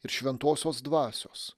ir šventosios dvasios